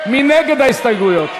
מי נגד ההסתייגויות?